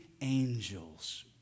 angels